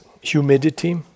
humidity